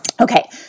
Okay